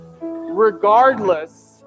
regardless